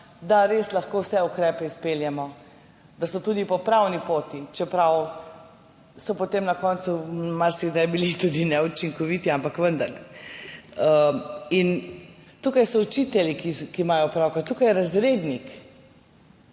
da res lahko vse ukrepe izpeljemo, da so tudi po pravni poti, čeprav so bili potem na koncu marsikdaj tudi neučinkoviti, ampak vendarle. Tukaj so učitelji, ki imajo opravka, tukaj je razrednik,